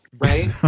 right